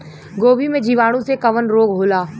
गोभी में जीवाणु से कवन रोग होला?